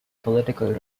political